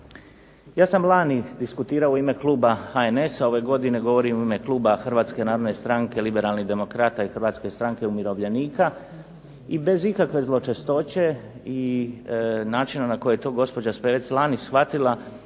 Ja sam lani diskutirao u ime kluba HNS-a, ove godine govorim u ime kluba Hrvatske narodne stranke liberalnih demokrata i Hrvatske stranke umirovljenika i bez ikakve zločestoće i načina na koji je to gospođa Spevec lani shvatila.